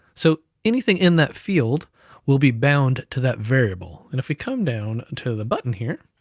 so anything in that field will be bound to that variable, and if we come down to the button here,